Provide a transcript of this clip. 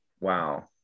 wow